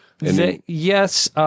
Yes